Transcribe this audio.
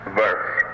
verse